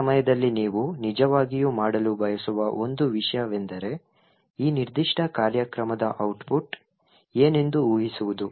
ಈ ಸಮಯದಲ್ಲಿ ನೀವು ನಿಜವಾಗಿಯೂ ಮಾಡಲು ಬಯಸುವ ಒಂದು ವಿಷಯವೆಂದರೆ ಈ ನಿರ್ದಿಷ್ಟ ಕಾರ್ಯಕ್ರಮದ ಔಟ್ಪುಟ್ ಏನೆಂದು ಊಹಿಸುವುದು